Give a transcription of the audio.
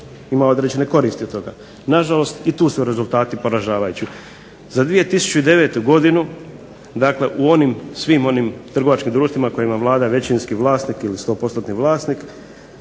ima određene koristi od toga. Na žalost i tu su rezultati poražavajući. Za 2009. godinu, dakle u onim, svim onim trgovačkim društvima kojima vlada većinski vlasnik ili stopostotni